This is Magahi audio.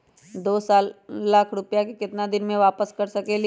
दो लाख रुपया के केतना दिन में वापस कर सकेली?